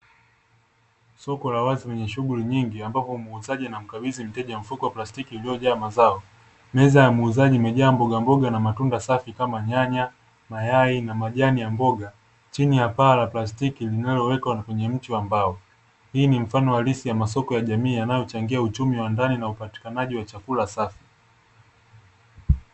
Soko la wazi kwenye shughuli nyingi ambapo muuzaji anamkabidhi mteja mfuko wa plastiki iliyojaa mazao, meza ya muuzaji imejaa mboga na matunda safi kama nyanya mayai na majani ya mboga chini ya bar la plastiki linaloweka kwenye mti, ambao hii ni mfano halisi ya masoko ya jamii yanayochangia uchumi wa ndani na upatikanaji wa chakula safi.